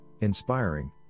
inspiring